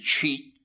cheat